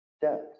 debt